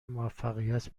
موفقیت